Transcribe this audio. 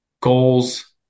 goals